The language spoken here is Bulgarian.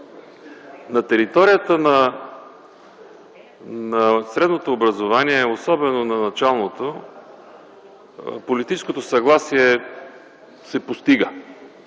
На територията на средното образование, а особено на началното, политическото съгласие е постижимо.